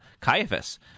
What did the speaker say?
Caiaphas